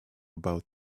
about